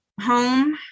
home